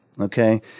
Okay